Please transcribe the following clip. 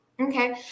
Okay